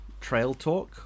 TRAILTALK